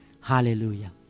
Hallelujah